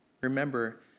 Remember